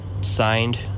signed